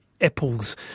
apples